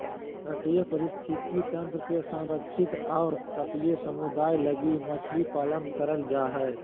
तटीय पारिस्थितिक तंत्र के संरक्षित और तटीय समुदाय लगी मछली पालन करल जा हइ